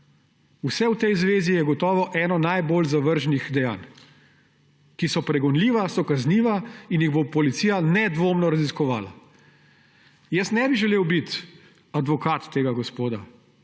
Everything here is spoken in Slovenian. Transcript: vse v tej zvezi je gotovo eno najbolj zavržnih dejanj, ki so pregonljiva, so kazniva in jih bo policija nedvomno raziskovala. Jaz ne bi želel biti advokat tega gospoda,